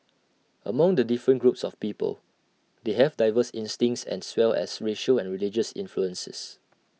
among the different groups of people they have diverse instincts as well as racial and religious influences